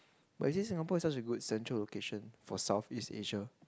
but you see Singapore is such a good central location for Southeast Asia